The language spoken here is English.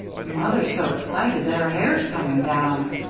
mother's so excited that her hair's coming down,